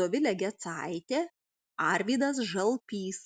dovilė gecaitė arvydas žalpys